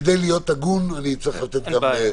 אני חושב שצריך ללכת על עלייה גבוהה